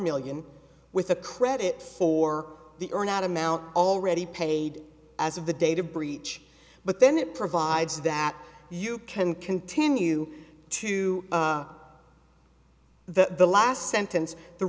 million with a credit for the earn out amount already paid as of the data breach but then it provides that you can continue to the last sentence the